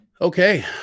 Okay